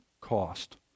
cost